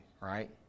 right